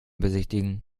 besichtigen